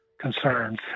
concerns